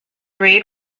raid